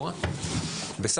בטוח"